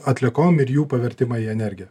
atliekom ir jų pavertimą į energiją